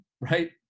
right